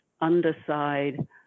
underside